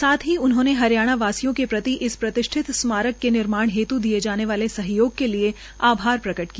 साथ ही उन्होंने हरियाणा वासियों के प्रति इस प्रतिष्ठित स्मारक के निर्माण हेत् दिए जाने वाले सहयोग के लिए आभार प्रकट किया